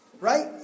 Right